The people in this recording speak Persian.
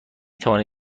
توانید